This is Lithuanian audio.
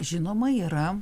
žinoma yra